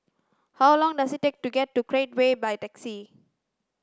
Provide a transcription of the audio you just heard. how long does it take to get to Create Way by taxi